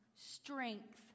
strength